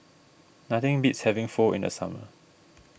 nothing beats having Pho in the summer